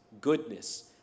goodness